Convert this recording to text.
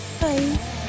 Bye